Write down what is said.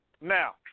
Now